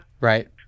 Right